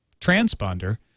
transponder